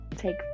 Take